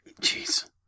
Jeez